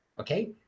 Okay